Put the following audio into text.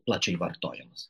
plačiai vartojamas